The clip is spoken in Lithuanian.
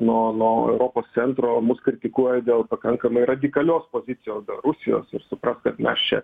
nuo nuo europos centro mus kritikuoja dėl pakankamai radikalios pozicijos rusijos ir suprask kad mes čia